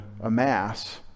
amass